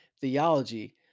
theology